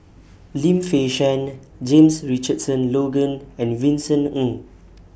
Lim Fei Shen James Richardson Logan and Vincent Ng